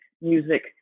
music